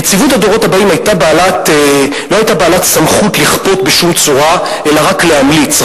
נציבות הדורות הבאים לא היתה בעלת סמכות לכפות בשום צורה אלא רק להמליץ,